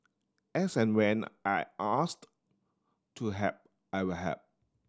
as and when I asked to help I'll help